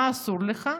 מה אסור לך?